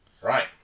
Right